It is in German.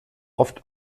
oft